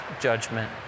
judgment